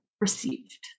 received